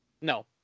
No